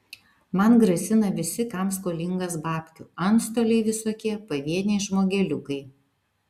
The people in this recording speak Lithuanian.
man grasina visi kam skolingas babkių antstoliai visokie pavieniai žmogeliukai